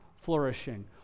flourishing